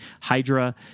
hydra